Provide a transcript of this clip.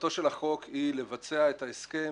מטרתו של החוק היא לבצע את ההסכם